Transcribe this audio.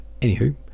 anywho